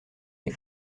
les